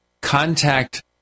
contact